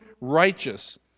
righteous